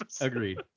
agreed